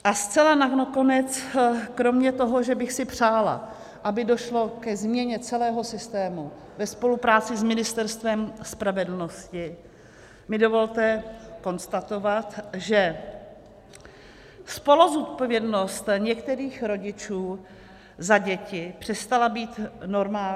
A zcela nakonec kromě toho, že bych si přála, aby došlo ke změně celého systému ve spolupráci s Ministerstvem spravedlnosti, mi dovolte konstatovat, že spoluzodpovědnost některých rodičů za děti přestala být normální.